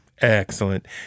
Excellent